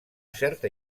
certa